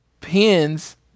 pins